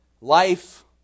life